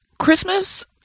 Christmas